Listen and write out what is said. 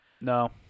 No